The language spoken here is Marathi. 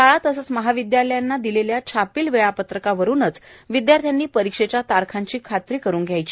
शाळा तसेच महाविदयालयांना दिलेल्या छापील वेळापत्रकावरुन विद्यार्थ्यांनी परीक्षेच्या तारखांची खात्री करुन घ्यावी